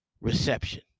Reception